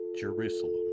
Jerusalem